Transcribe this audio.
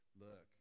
Look